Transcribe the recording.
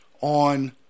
on